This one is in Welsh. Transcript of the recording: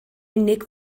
unig